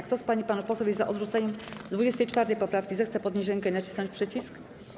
Kto z pań i panów posłów jest za odrzuceniem 24. poprawki, zechce podnieść rękę i nacisnąć przycisk.